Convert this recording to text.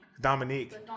Dominique